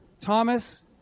Thomas